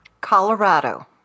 Colorado